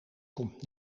komt